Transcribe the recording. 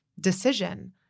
decision